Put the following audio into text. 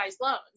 loans